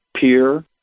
PEER